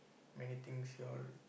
many things you all